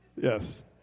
Yes